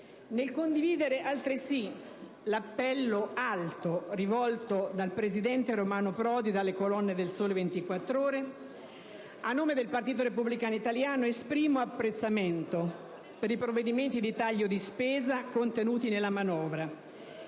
nel condividere altresì l'appello alto rivolto dal presidente Romano Prodi dalle colonne de «Il Sole 24 Ore», a nome del Partito repubblicano italiano esprimo apprezzamento per i provvedimenti di taglio di spesa contenuti nella manovra,